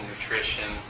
nutrition